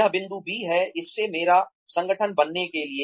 यह बिंदु B है इससे मेरा संगठन बनाने के लिए